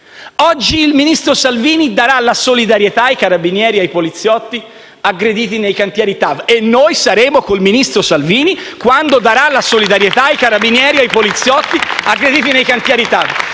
Oggi il ministro Salvini darà la solidarietà ai carabinieri e ai poliziotti aggrediti nei cantieri TAV e noi saremo col ministro Salvini quando darà la solidarietà ai carabinieri e ai poliziotti aggrediti nei cantieri TAV.